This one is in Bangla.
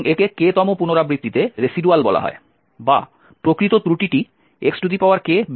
এবং একে k তম পুনরাবৃত্তিতে রেসিডুয়াল বলা হয় বা প্রকৃত ত্রুটিটি xk x